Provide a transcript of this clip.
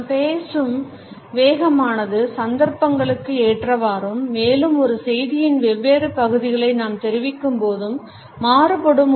நாம் பேசும் வேகமானது சந்தர்ப்பங்களுக்கு ஏற்றவாறும் மேலும் ஒரு செய்தியின் வெவ்வேறு பகுதிகளை நாம் தெரிவிக்கும் போதும் மாறுபடும்